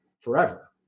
forever